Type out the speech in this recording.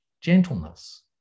gentleness